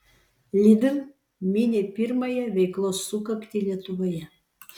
lidl mini pirmąją veiklos sukaktį lietuvoje